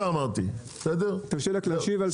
אסף, תרשה לי, אני אדייק.